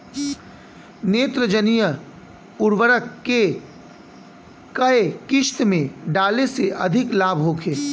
नेत्रजनीय उर्वरक के केय किस्त में डाले से अधिक लाभ होखे?